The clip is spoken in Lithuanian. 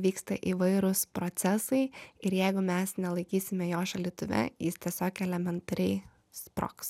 vyksta įvairūs procesai ir jeigu mes nelaikysime jo šaldytuve jis tiesiog elementariai sprogs